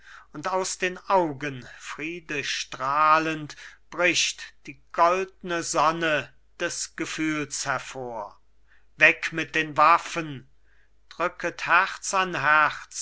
und aus den augen friede strahlend bricht die goldne sonne des gefühls hervor weg mit den waffen drücket herz